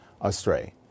astray